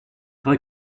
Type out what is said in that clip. vrai